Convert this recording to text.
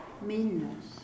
meanness